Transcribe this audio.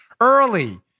Early